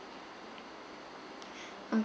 ok~